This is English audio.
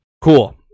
cool